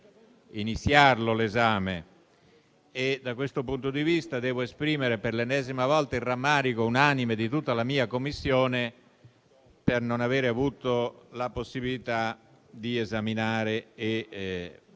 provvedimento. Da questo punto di vista, devo esprimere per l'ennesima volta il rammarico unanime di tutta la mia Commissione per non aver avuto la possibilità di esaminare,